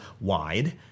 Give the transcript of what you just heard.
wide